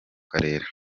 karere